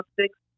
six